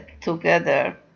together